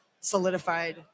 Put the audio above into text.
solidified